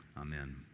Amen